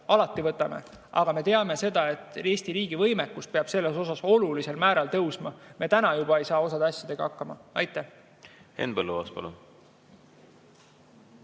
alati võtame. Aga me teame seda, et Eesti riigi võimekus peab selles osas olulisel määral tõusma. Juba täna me ei saa osa asjadega hakkama. Henn